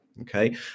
okay